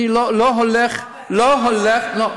אני לא הולך, נורא ואיום.